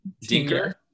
Dinger